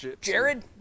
Jared